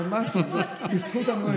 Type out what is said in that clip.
לא, היושב-ראש, כי זה חשוב.